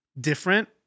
different